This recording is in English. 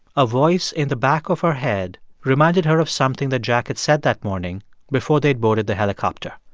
a voice in the back of her head reminded her of something that jack had said that morning before they'd boarded the helicopter.